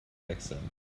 wechseln